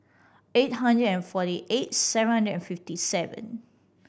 eight hundred and forty eight seven hundred and fifty seven